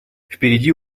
впереди